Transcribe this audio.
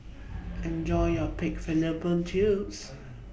Enjoy your Pig Fallopian Tubes